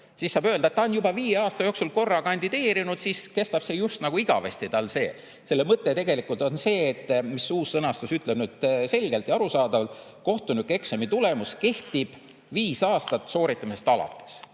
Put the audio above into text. siis saab öelda, et ta on juba viie aasta jooksul korra kandideerinud, siis kestab see tal just nagu igavesti. Selle mõte tegelikult on see, mida uus sõnastus ütleb nüüd selgelt ja arusaadavalt: "Kohtunikueksami tulemus kehtib viis aastat sooritamisest arvates."